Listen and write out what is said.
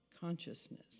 consciousness